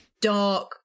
dark